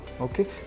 okay